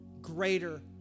greater